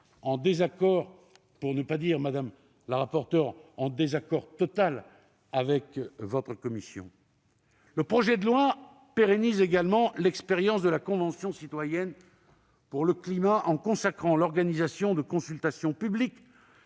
en désaccord total, madame la rapporteure -avec votre commission. Le projet de loi pérennise également l'expérience de la Convention citoyenne pour le climat en consacrant l'organisation de consultations publiques,